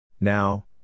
Now